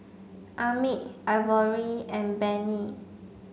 Emmitt Ivory and Benny